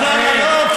אז למה לא?